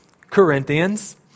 Corinthians